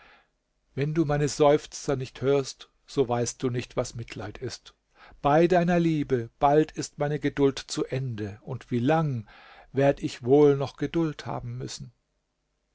wenn du meine seufzer nicht hörst so weißt du nicht was mitleid ist bei deiner liebe bald ist meine geduld zu ende und wie lang werde ich wohl noch geduld haben müssen